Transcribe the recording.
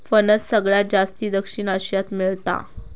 फणस सगळ्यात जास्ती दक्षिण आशियात मेळता